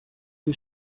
you